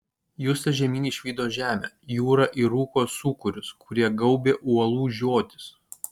justas žemyn išvydo žemę jūrą ir rūko sūkurius kurie gaubė uolų žiotis